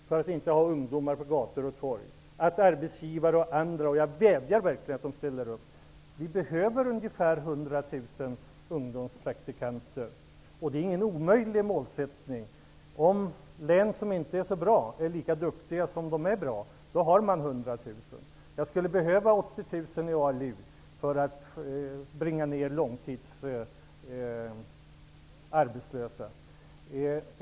För att inte ha ungdomar på gator och torg denna vinter vill jag att arbetsgivare och andra -- och jag vädjar verkligen att de ställer upp -- tar emot ca 100 000 ungdomspraktikanter. Detta är ingen omöjlig målsättning, om de län som inte är så bra är lika duktiga som de län som är bra. Då har man snart 100 000 praktikantplatser. Det skulle behövas 80 000 ALU-platser för att nedbringa långtidsarbetslösheten.